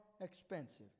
expensive